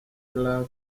iraq